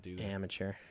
Amateur